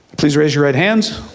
please raise your right hands.